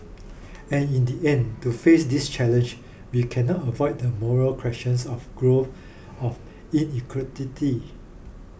and in the end to face this challenge we cannot avoid the moral questions of growth of inequality